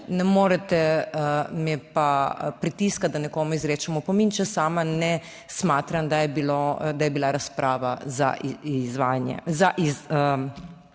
ne morete me pa pritiskati, da nekomu izrečem opomin, če sama ne smatram, da je bilo, da je bila razprava za izvajanje